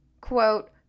quote